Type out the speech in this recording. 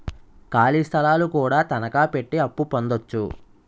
ఖాళీ స్థలాలు కూడా తనకాపెట్టి అప్పు పొందొచ్చు